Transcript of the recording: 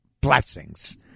blessings